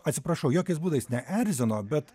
atsiprašau jokiais būdais neerzino bet